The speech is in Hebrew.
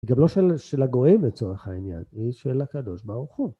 גם לא של הגויים לצורך העניין, היא של הקדוש ברוך הוא.